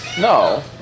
No